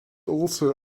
also